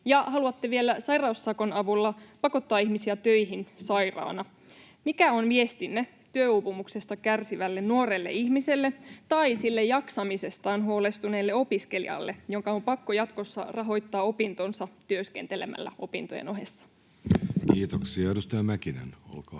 ja haluatte vielä sairaussakon avulla pakottaa ihmisiä töihin sairaana? Mikä on viestinne työuupumuksesta kärsivälle nuorelle ihmiselle tai sille jaksamisestaan huolestuneelle opiskelijalle, jonka on pakko jatkossa rahoittaa opintonsa työskentelemällä opintojen ohessa? Kiitoksia. — Edustaja Mäkinen, olkaa hyvä.